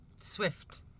Swift